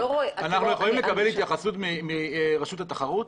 אפשר לקבל התייחסות מהרשות לתחרות,